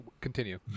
Continue